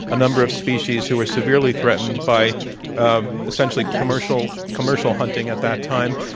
a number of species who were severely threatened by um essentially commercial commercial hunting at that time,